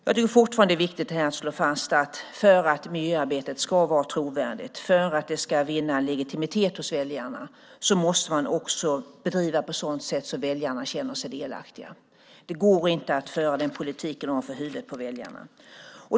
Det är fortfarande viktigt att slå fast att för att miljöarbetet ska vara trovärdigt och vinna en legitimitet hos väljarna måste man också bedriva det på ett sådant sätt att väljarna känner sig delaktiga. Det går inte att föra den politiken ovanför huvudet på väljarna.